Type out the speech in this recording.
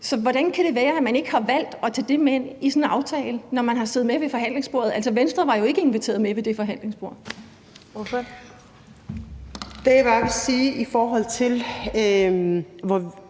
Så hvordan kan det være, at man ikke har valgt at tage det med ind i sådan en aftale, når man har siddet med ved forhandlingsbordet? Altså, Venstre var jo ikke inviteret med ved det forhandlingsbord. Kl. 20:01 Første næstformand (Karen